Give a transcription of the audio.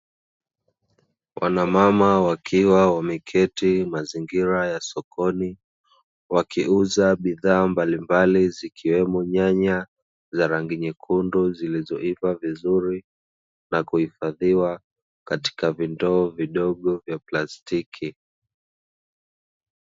Wanamama wakiwa wameketi mazingira ya sokoni, wakiuza bidhaa mbalimbali, zikiwemo nyanya za rangi nyekundu zilizoiva vizuri na kuifadhiwa katika vindoo vidogo vya plastiki.